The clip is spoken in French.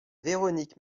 véronique